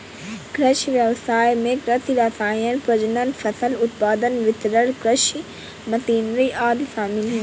कृषि व्ययसाय में कृषि रसायन, प्रजनन, फसल उत्पादन, वितरण, कृषि मशीनरी आदि शामिल है